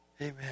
Amen